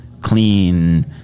clean